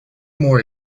more